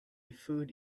food